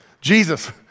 Jesus